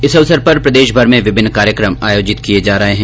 इस अवसर पर प्रदेशभर में विभिन्न कार्यक्रम आयोजित किये जा रहे है